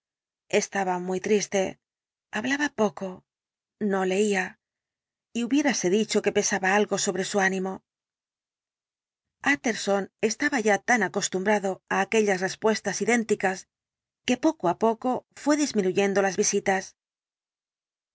estaba muy triste hablaba poco no leía y hubiérase dicho que pesaba algo sobre su ánimo utterson estaba ya tan acostumbrado á aquellas respuestas idénticas que poco á poco fué disminuyendo las visitas